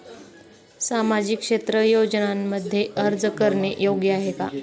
सामाजिक क्षेत्र योजनांमध्ये अर्ज करणे योग्य आहे का?